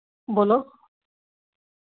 बोल्लो